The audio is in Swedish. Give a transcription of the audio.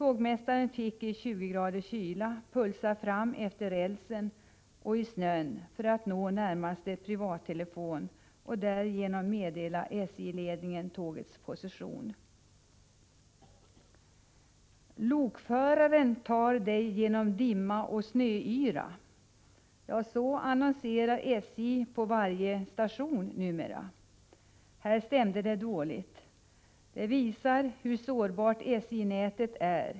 Tågmästaren fick i 20” kyla pulsa fram i snön utefter rälsen för att från närmaste privattelefon meddela SJ-ledningen tågets position. ”Lokföraren tar dig genom dimma och snöyra”, annonserar SJ på varje station numera. Här stämde det dåligt. Detta visar hur sårbart SJ-nätet är.